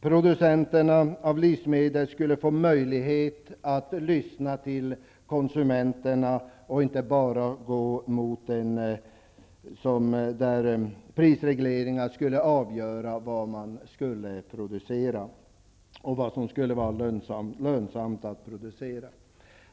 Producenterna av livsmedel skulle få möjlighet att lyssna till konsumenterna. Inte enbart prisregleringar skulle avgöra vad som skulle vara lönsamt att producera.